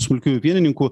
smulkiųjų pienininkų